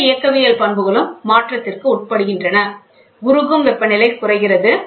வெப்ப இயக்கவியல் பண்புகளும் மாற்றத்திற்கு உட்படுகின்றன உருகும் வெப்பநிலை குறைகிறது